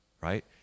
right